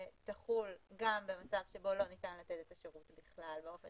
תחול גם במצב שבו לא ניתן לתת את השירות בכלל באופן